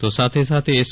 તો સાથે સાથે એસ